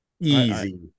Easy